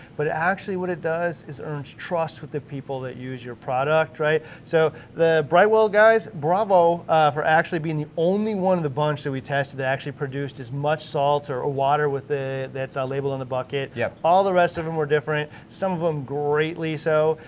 but actually what it does is earn trust with the people that use your product, right? so the brightwell guys, bravo for actually being the only one of the bunch that we tested that actually produced as much salt or ah water with ah the ah label in the bucket. yeah all the rest of them were different. some of them greatly so,